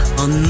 on